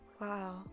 Wow